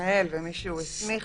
מהמנהל או מי שהוא הסמיך